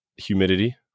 humidity